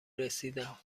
رسیدم